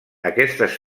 aquestes